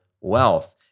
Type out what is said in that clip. wealth